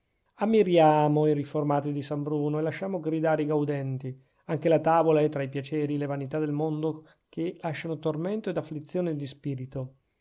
ammiriamo i riformati di san bruno e lasciamo gridare i gaudenti anche la tavola è tra i piaceri e le vanità del mondo che lasciano tormento ed afflizione di spirito